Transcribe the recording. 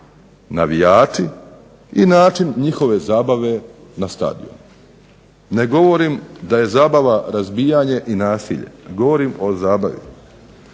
navijači i način njihove zabave na stadionu. Ne govorim da je zabava razbijanje i nasilje, govorim o zabavi.